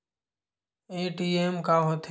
ATM का होथे?